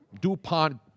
DuPont